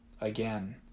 Again